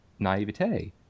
naivete